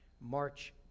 march